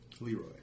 Leroy